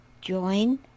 Join